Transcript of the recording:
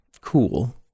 cool